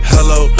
Hello